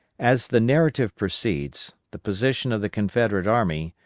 as the narrative proceeds, the position of the confederate army,